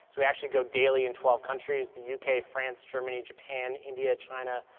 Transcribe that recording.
we actually go daily in twelve countries, the uk, france, germany, japan, india, china,